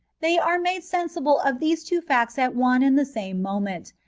they are made sensible of these two facts at one and the same moment,